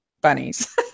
bunnies